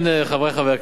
חברי חברי הכנסת,